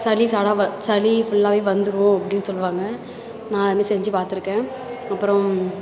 சளி சாடா சளி ஃபுல்லாகவே வந்துடும் அப்படின்னு சொல்லுவாங்க நான் அது மாதிரி செஞ்சு பார்த்திருக்கேன் அப்புறம்